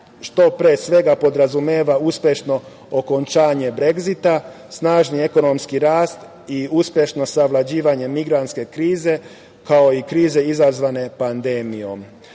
što, pre svega podrazumeva uspešno okončanje BREGZITA, snažni ekonomski rast i uspešno savlađivanje migrantske krize, kao i krize izazvane pandemijom. Srbiji